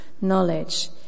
knowledge